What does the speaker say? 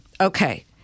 Okay